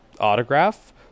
autograph